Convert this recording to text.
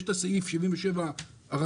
יש את סעיף 77 הרגיל,